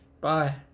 bye